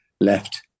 left